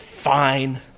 Fine